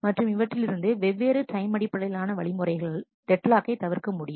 மற்றும் இவற்றிலிருந்து வெவ்வேறு டைம் அடிப்படையிலான வழிமுறைகள் டெட் லாக்கை தவிர்க்க முடியும்